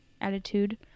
attitude